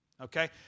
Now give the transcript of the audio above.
Okay